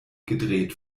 gedreht